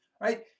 right